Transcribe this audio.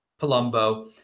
Palumbo